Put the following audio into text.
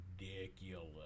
ridiculous